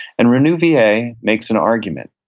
and renouvier makes an argument.